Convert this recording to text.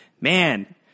man